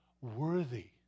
worthy